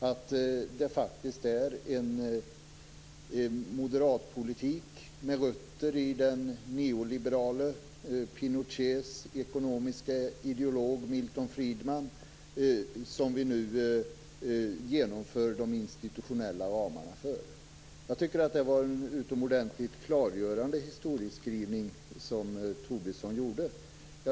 Det är faktiskt en moderatpolitik med rötter i den neoliberale Pinochets ekonomiske ideolog, Milton Friedman, som vi nu genomför de institutionella ramarna för. Jag tycker att det var en utomordentligt klargörande historieskrivning som Tobisson gjorde.